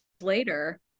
later